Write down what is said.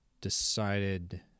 decided